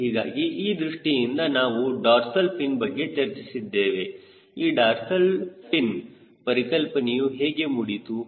ಹೀಗಾಗಿ ಈ ದೃಷ್ಟಿಯಿಂದ ನಾವು ಡಾರ್ಸಲ್ ಫಿನ್ ಬಗ್ಗೆ ಚರ್ಚಿಸಿದ್ದೇವೆ ಈ ಡಾರ್ಸಲ್ ಫಿನ್ ಪರಿಕಲ್ಪನೆಯು ಹೇಗೆ ಮೂಡಿತು